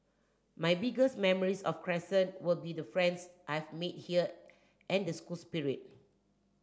my biggest memories of Crescent will be the friends I've made here and the school spirit